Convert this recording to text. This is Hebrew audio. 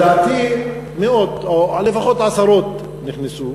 לדעתי, מאות, או לפחות עשרות, נכנסו.